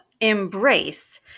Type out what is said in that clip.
embrace